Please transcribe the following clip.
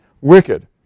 wicked